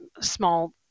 small